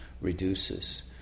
reduces